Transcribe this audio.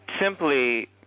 simply